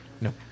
No